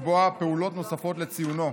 ולקבוע פעולות נוספות לציונו.